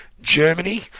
Germany